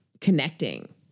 connecting